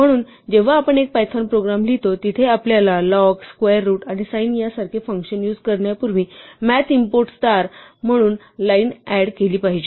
म्हणून जेव्हा आपण एक पायथॉन प्रोग्राम लिहितो जिथे आपल्याला लॉग स्क्वेर रूट आणि साइन यासारखे फंक्शन्स युझ करण्यापुर्वी मॅथ इम्पोर्ट स्टार पासून लाईन ऍड केली पाहिजे